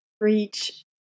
reach